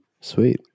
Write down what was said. Sweet